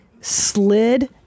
slid